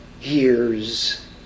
years